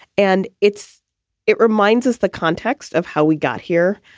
and it's it reminds us the context of how we got here.